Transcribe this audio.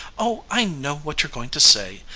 oh, i know what you're going to say!